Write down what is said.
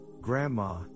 Grandma